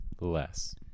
Less